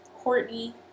courtney